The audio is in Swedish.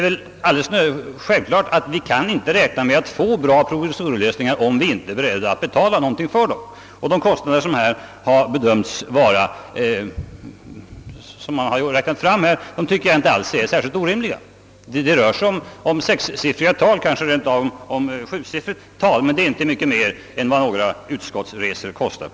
Vi kan givetvis inte räkna med att få bra provisoriska lösningar om vi inte är beredda att betala någonting för dem. De kostnader som har räknats fram för en flyttning av biblioteket tycker jag inte är orimliga. Det rör sig visserligen om sexsiffriga eller kanske rent av sjusiffriga tal, men det är inte myc: ket mer än vad några utskottsresor kos. tar.